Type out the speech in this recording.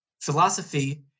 philosophy